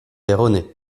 erronée